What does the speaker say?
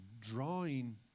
drawing